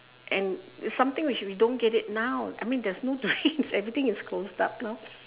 and it's something which we don't get it now I mean there is no drains everything is closed up now